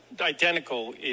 identical